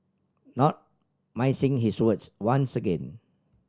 not his words once again